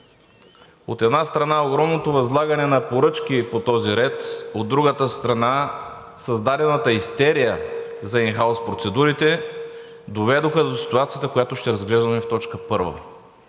От една страна, огромното възлагане на поръчки по този ред, от другата страна, създадената истерия за ин хаус процедурите доведоха до ситуацията, която ще разгледаме в точка първа.